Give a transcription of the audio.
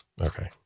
Okay